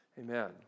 Amen